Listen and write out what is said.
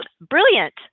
brilliant